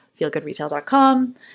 feelgoodretail.com